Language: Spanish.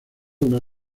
una